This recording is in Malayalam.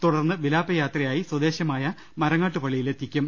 തുടർന്ന് വിലാ പയാത്രയായി സ്വദേശമായ മരങ്ങാട്ടുപള്ളിയിൽ എത്തിക്കും